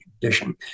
condition